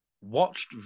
watched